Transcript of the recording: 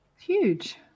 Huge